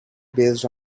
based